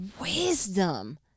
wisdom